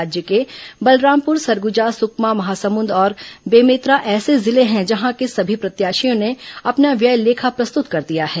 राज्य के बलरामपुर सरगुजा सुकमा महासमुंद और बेमेतरा ऐसे जिले हैं जहां के सभी प्रत्याशियों ने अपना व्यय लेखा प्रस्तुत कर दिया है